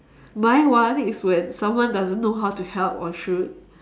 my one is when someone doesn't know how to help or should